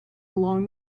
along